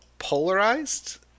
polarized